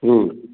हम्म